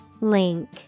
Link